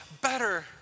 better